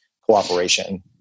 cooperation